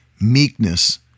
Meekness